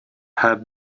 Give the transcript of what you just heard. have